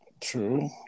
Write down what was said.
True